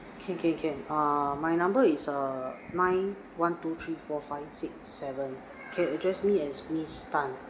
okay okay can uh my number is uh nine one two three four five six seven you can address me as miss tan